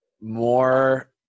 more